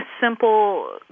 simple